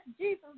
Jesus